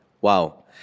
Wow